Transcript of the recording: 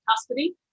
custody